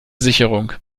sicherung